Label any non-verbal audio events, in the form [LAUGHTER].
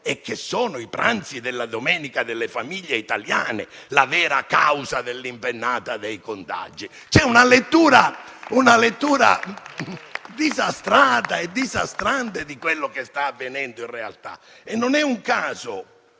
è che sono i pranzi della domenica delle famiglie italiane la vera causa dell'impennata dei contagi. [APPLAUSE] È una lettura disastrata e disastrante di quello che sta avvenendo in realtà e non è un caso